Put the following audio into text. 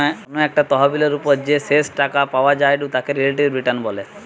কোনো একটা তহবিলের ওপর যে শেষ টাকা পাওয়া জায়ঢু তাকে রিলেটিভ রিটার্ন বলে